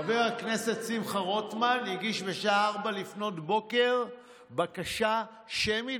חבר הכנסת שמחה רוטמן הגיש בשעה 04:00 בקשה שמית,